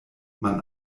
man